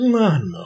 Man